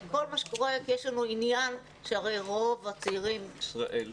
כל מה שקורה; כי יש לנו עניין שרוב הצעירים ימצאו את עצמם גם שם,